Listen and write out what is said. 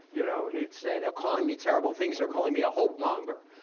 you know, he'd say, they're calling me terrible things. they're calling me a hope-monger.